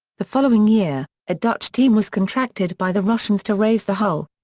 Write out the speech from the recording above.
the following year, a dutch team was contracted by the russians to raise the hull.